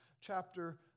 chapter